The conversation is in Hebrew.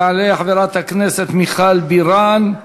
תעלה חברת הכנסת מיכל בירן,